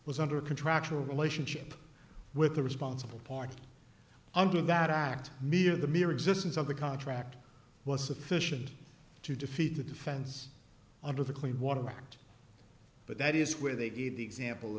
was under contractual relationship with the responsible party under that act neither the mere existence of the contract was sufficient to defeat the defense under the clean water act but that is where they gave the example